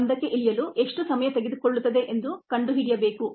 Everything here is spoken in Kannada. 1 ಕ್ಕೆ ಇಳಿಯಲು ಎಷ್ಟು ಸಮಯ ತೆಗೆದುಕೊಳ್ಳುತ್ತದೆ ಎಂದು ಕಂಡುಹಿಡಿಯಬೇಕು